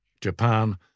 Japan